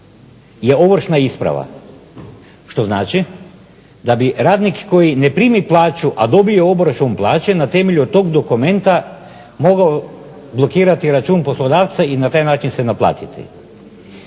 je ovršna isprava, što znači da bi radnik koji ne primi plaću a dobije obračun plaće na temelju tog dokumenta mogao blokirati račun poslodavca i na taj način se naplatiti.